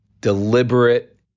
deliberate